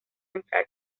entrar